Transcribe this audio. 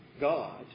God